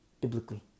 Biblically